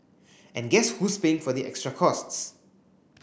and guess who's paying for the extra costs